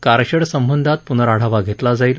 car shed संबंधात पूर्नआढावा घेतला जाईल